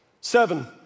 Seven